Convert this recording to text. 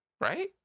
Right